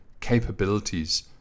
capabilities